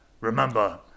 Remember